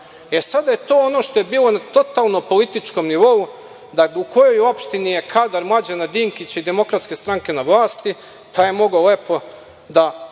E, sada je to ono što je bilo totalno na političkom nivou, da u kojoj opštini je kadar Mlađana Dinkića i Demokratske stranke na vlasti, taj je mogao lepo da